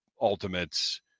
Ultimates